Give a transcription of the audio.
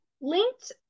linked